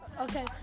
Okay